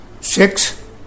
six